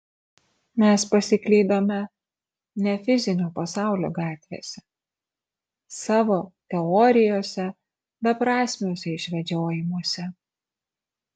mes pasiklydome ne fizinio pasaulio gatvėse savo teorijose beprasmiuose išvedžiojimuose